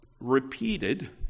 repeated